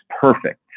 perfect